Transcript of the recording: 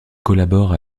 collabore